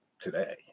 today